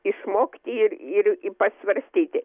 išmokti ir ir ypač svarstyti